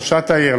ראשת העיר,